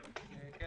בבקשה.